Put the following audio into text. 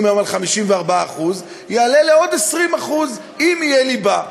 היום על 54% יעלה לעוד 20% אם יהיה ליבה.